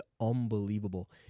unbelievable